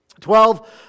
Twelve